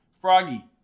froggy